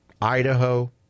Idaho